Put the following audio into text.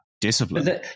discipline